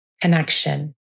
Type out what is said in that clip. connection